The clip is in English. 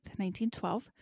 1912